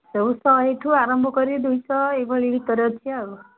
ଯେଉଁ ଶହେଠୁ ଆରମ୍ଭ କରି ଦୁଇଶହ ଏହିଭଳି ଭିତରେ ଅଛି ଆଉ